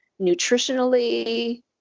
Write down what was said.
nutritionally